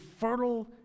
fertile